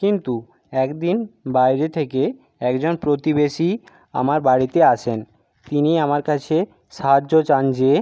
কিন্তু এক দিন বাইরে থেকে একজন প্রতিবেশী আমার বাড়িতে আসেন তিনি আমার কাছে সাহায্য চান যে